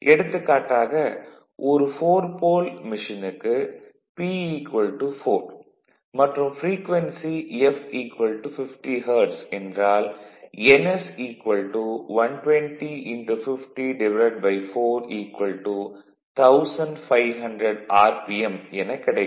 எடுத்துக்காட்டாக ஒரு 4 போல் மெஷினுக்கு P 4 மற்றும் ப்ரீக்வென்சி f 50 ஹெர்ட்ஸ் என்றால் ns 120504 1500 RPM எனக் கிடைக்கும்